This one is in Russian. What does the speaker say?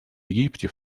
египте